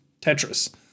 Tetris